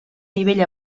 nivell